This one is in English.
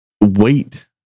wait